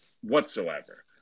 whatsoever